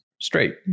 straight